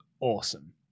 awesome